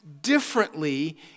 differently